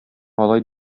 алай